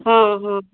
ହଁ ହଁ